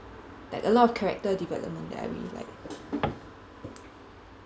like a lot of character development that I really like